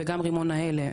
וגם רימון ההלם,